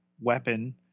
weapon